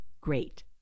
great